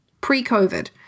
pre-COVID